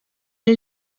een